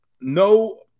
no